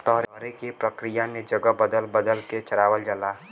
तरे के प्रक्रिया में जगह बदल बदल के चरावल जाला